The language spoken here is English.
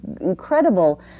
incredible